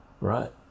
right